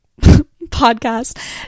podcast